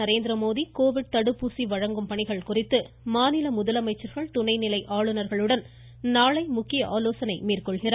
Narendra Modi Covid தடுப்பூசி வழங்கும் பணிகள் குறித்து மாநில முதலமைச்சர்கள் துணைநிலை ஆளுநர்களுடன் நாளை முக்கிய ஆலோசனை மேற்கொள்கிறார்